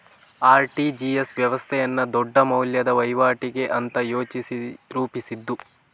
RTGS ವ್ಯವಸ್ಥೆಯನ್ನ ದೊಡ್ಡ ಮೌಲ್ಯದ ವೈವಾಟಿಗೆ ಅಂತ ಯೋಚಿಸಿ ರೂಪಿಸಿದ್ದು